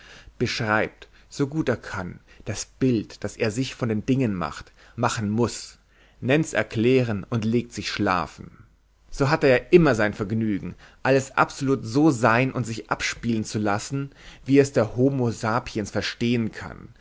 beschreibt so gut er kann das bild das er sich von den dingen macht machen muß nennt's erklären und legt sich schlafen so hat er ja immer sein genügen alles absolut so sein und sich abspielen zu lassen wie es der homo sapiens verstehen kann